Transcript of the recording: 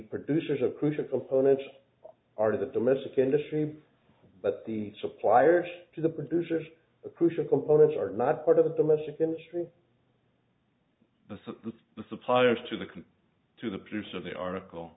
producers of crucial components are the domestic industry but the suppliers to the producers of crucial components are not part of the domestic industry the suppliers to the car to the produce of the article